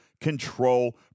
Control